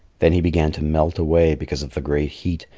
then he began to melt away because of the great heat,